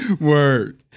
Word